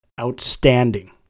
Outstanding